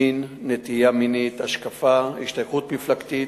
מין, נטייה מינית, השקפה, השתייכות מפלגתית,